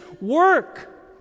work